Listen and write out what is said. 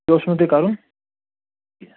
تہِ اوسوٕ نہٕ تۅہہِ کرُن